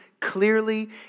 clearly